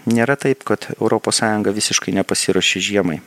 nėra taip kad europos sąjunga visiškai nepasiruošė žiemai